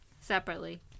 separately